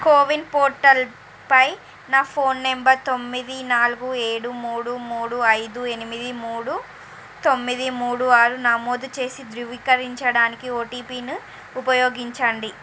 CoWIN పోర్టల్పై నా phone number తొమ్మిది నాలుగు ఏడు మూడు మూడు ఐదు ఎనిమిది మూడు తొమ్మిది మూడు ఆరు నమోదు చేసి ధృవీకరరించడానికి ఓటీపీని ఉపయోగించండి